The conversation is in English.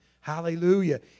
hallelujah